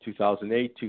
2008